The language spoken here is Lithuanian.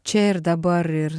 čia ir dabar ir